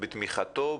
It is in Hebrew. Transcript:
בתמיכתו,